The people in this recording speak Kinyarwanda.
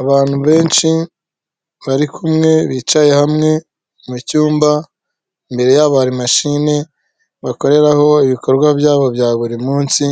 Abantu benshi bari kumwe bicaye hamwe mu cyumba imbere hari mashini bakoreraho ibikorwa byabo bya buri munsi